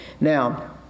Now